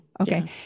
Okay